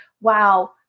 wow